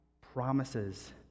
promises